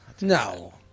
No